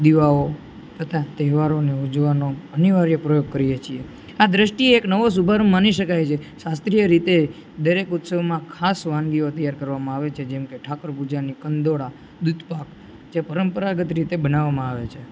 દીવાઓ તથા તેહવારોને ઉજવવાનો અનિવાર્ય પ્રયોગ કરીએ છીએ આ દ્રષ્ટિએ એક નવો શુભારંભ માની શકાય છે શાસ્ત્રીય રીતે દરેક ઉત્સવમાં ખાસ વાનગીઓ તૈયાર કરવામાં આવે છે જેમ કે ઠાકોર પૂજાની કંદોળા દૂધપાક જે પરંપરાગત રીતે બનાવામાં આવે છે